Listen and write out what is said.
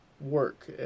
work